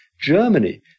Germany